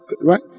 Right